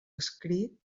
escrit